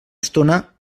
estona